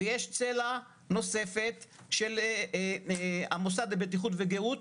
ויש צלע נוספת של המוסד לבטיחות וגהות,